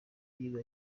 nyuma